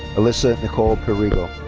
alyssa nicole perrigo.